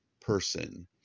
person